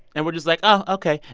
and we're just like, oh, ok.